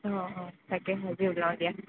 অঁ অঁ তাকে আজি ওলাওঁ দিয়া